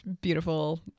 beautiful